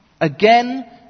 Again